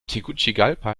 tegucigalpa